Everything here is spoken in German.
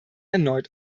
erneut